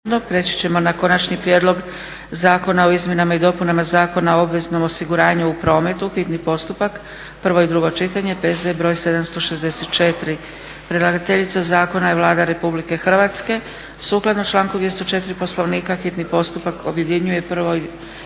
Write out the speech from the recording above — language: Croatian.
Prijeći ćemo na: - Konačni prijedlog Zakona o izmjenama i dopunama Zakona o obveznim osiguranjima u prometu, hitni postupak, prvo i drugo čitanje, P.Z. br. 764; Predlagateljica zakona je Vlada Republike Hrvatske. Sukladno članku 204. Poslovnika hitni postupak objedinjuje prvo i drugo čitanje.